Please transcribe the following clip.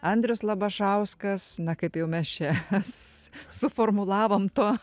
andrius labašauskas na kaip jau mes čia mes suformulavom to